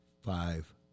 Five